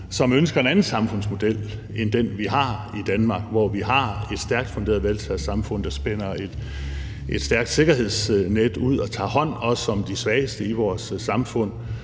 som ønsker en anden samfundsmodel end den, vi har i Danmark. Vi har jo et stærkt funderet velfærdssamfund, der spænder et stærkt sikkerhedsnet ud og tager hånd om de svageste i vores samfund,